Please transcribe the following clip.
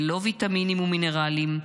ללא ויטמינים ומינרלים,